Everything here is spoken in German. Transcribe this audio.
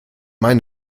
meine